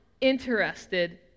interested